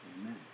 Amen